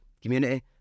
community